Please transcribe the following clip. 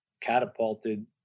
catapulted